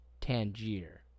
Tangier